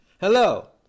Hello